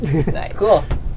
Cool